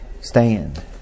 Stand